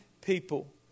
people